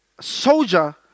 soldier